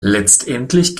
letztendlich